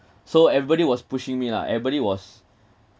so everybody was pushing me lah everybody was